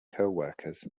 coworkers